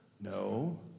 No